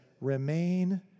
Remain